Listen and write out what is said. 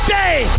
day